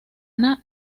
ana